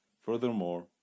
Furthermore